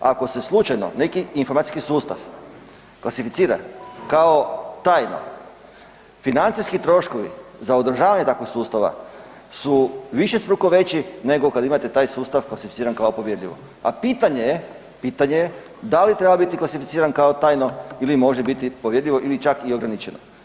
Ako se slučajno neki informacijski sustav klasificiran kao tajno financijski troškovi za održavanje takvog sustava su višestruko veći nego kad imate taj sustav klasificiran kao povjerljivo, a pitanje je, pitanje je, da li treba biti klasificiran kao tajno ili može biti povjerljivo ili čak i ograničeno.